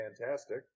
fantastic